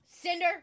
Cinder